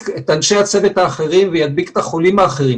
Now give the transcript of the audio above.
את אנשי הצוות האחרים וידביק את החולים האחרים.